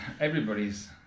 Everybody's